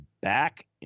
back